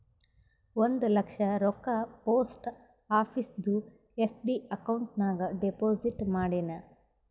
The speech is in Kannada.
ಒಂದ್ ಲಕ್ಷ ರೊಕ್ಕಾ ಪೋಸ್ಟ್ ಆಫೀಸ್ದು ಎಫ್.ಡಿ ಅಕೌಂಟ್ ನಾಗ್ ಡೆಪೋಸಿಟ್ ಮಾಡಿನ್